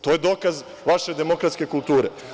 To je dokaz vaše demokratske kulture.